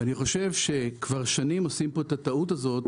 ואני חושב שכבר שנים עושים פה את הטעות הזאת,